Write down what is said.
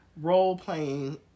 role-playing